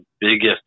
biggest